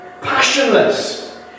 passionless